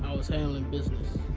was handling business.